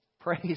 Praise